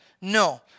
No